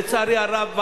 לצערי הרב,